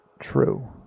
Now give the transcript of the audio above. true